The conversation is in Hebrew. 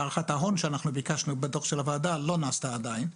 הערכת ההון שאנחנו ביקשנו בדוח של הוועדה לא נעשתה עדיין.